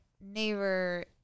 neighbor